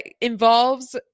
involves